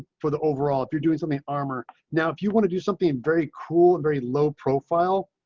for the overall if you're doing something armor. now if you want to do something very cool, very low profile,